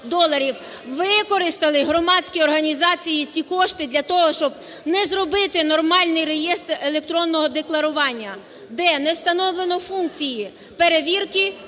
Використали громадські організації ці кошти для того, щоб не зробити нормальний реєстр електронного декларування, де не встановлено функції перевірки